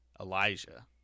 Elijah